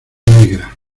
negra